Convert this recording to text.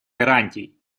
гарантий